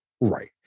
right